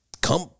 Come